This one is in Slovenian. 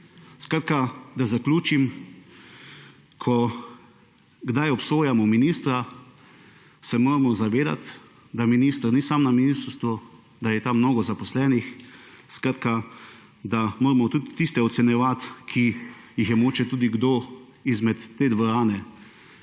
dejansko na ministrstvu. Ko kdaj obsojamo ministra, se moramo zavedati, da minister ni sam na ministrstvu, da je tam mnogo zaposlenih, moramo tudi tiste ocenjevati, ki jih je mogoče tudi kdo iz te dvorane